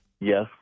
Yes